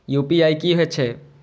UPI की हेछे?